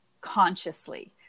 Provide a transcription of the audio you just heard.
consciously